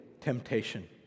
temptation